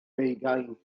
deugain